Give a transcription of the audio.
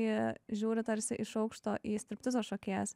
jie žiūri tarsi iš aukšto į striptizo šokėjas